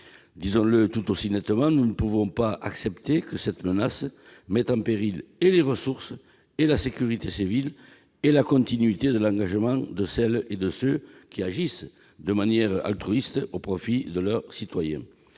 Disons-le tout aussi nettement, nous ne pouvons accepter que cette menace mette en péril et les ressources, et la sécurité civile, et la continuité de l'engagement de celles et de ceux qui agissent de manière altruiste au profit de leurs concitoyens.